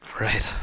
Right